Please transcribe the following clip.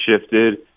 shifted